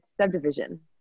subdivision